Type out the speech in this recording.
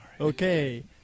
Okay